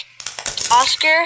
Oscar